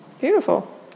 Beautiful